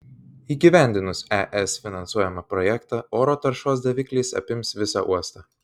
įgyvendinus es finansuojamą projektą oro taršos davikliais apims visą uostą